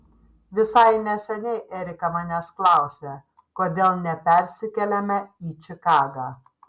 visai neseniai erika manęs klausė kodėl nepersikeliame į čikagą